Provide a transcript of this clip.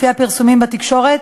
לפי הפרסומים בתקשורת,